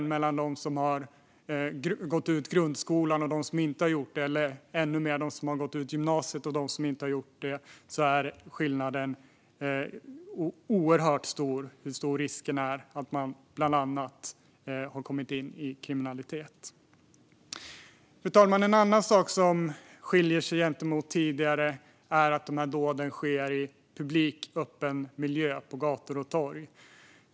Mellan dem som har gått ur grundskolan och dem som inte har gjort det - eller ännu mer mellan dem som har gått ut gymnasiet och dem som inte har gjort det - är skillnaden oerhört stor vad gäller risken för att man bland annat kommer in i kriminalitet. Fru talman! En annan sak som skiljer sig från hur det var tidigare är att dåden sker i publik, öppen miljö, det vill säga på gator och torg.